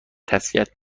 تسلیت